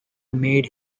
made